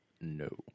No